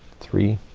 three